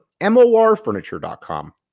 morfurniture.com